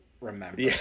remember